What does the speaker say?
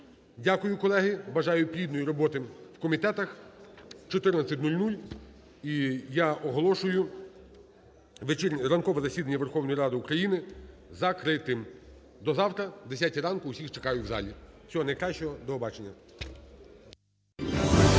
Дякую, колеги. Бажаю плідної роботи в комітетах. 14:00. І я оголошую ранкове засідання Верховної Ради України закритим. До завтра. О 10 ранку всіх чекаю в залі. Всього найкращого. До побачення.